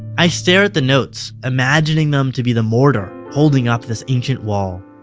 i stare at the notes, imagining them to be the mortar holding up this ancient wall.